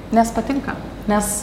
nes patinka nes